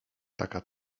taka